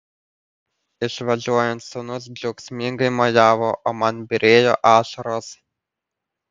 išvažiuojant sūnus džiaugsmingai mojavo o man byrėjo ašaros